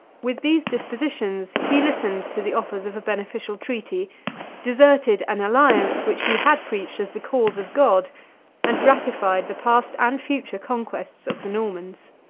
with these dispositions, he listened to the offers of a beneficial treaty deserted an alliance which he had preached as the cause of god and ratified the past and future conquests of the normans.